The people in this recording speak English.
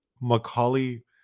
Macaulay